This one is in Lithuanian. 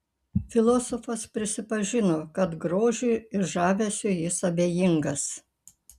filosofas prisipažino kad grožiui ir žavesiui jis abejingas